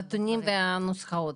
הנתונים והנוסחאות?